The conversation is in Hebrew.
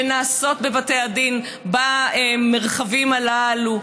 שנעשות בבתי הדין במרחבים הללו.